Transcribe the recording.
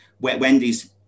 wendy's